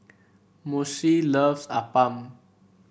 Moshe loves appam